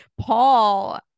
Paul